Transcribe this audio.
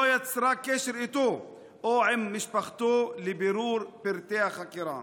יצרה קשר איתו או עם משפחתו לבירור פרטי החקירה,